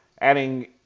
adding